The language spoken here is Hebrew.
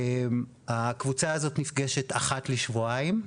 הקבוצה הזאת נפגשת אחת לשבועיים.